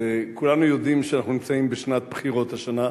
כולנו יודעים שאנחנו נמצאים בשנת בחירות השנה.